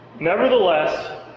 Nevertheless